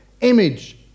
image